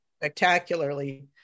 spectacularly